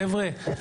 חבר'ה,